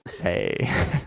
hey